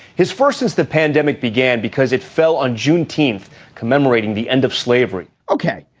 his first since the pandemic began because it fell on juneteenth commemorating the end of slavery ok,